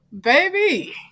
baby